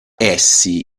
essi